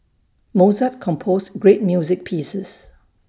Mozart composed great music pieces